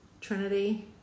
Trinity